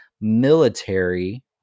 military